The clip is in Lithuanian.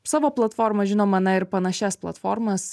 savo platformą žinoma na ir panašias platformas